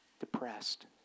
Depressed